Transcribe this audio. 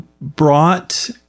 brought